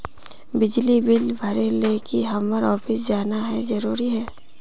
बिजली बिल भरे ले की हम्मर ऑफिस जाना है जरूरी है?